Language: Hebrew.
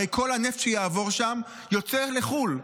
הרי כל הנפט שיעבור שם יוצא לחו"ל.